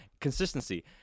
Consistency